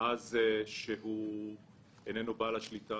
מאז שהוא איננו בעל השליטה